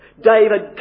David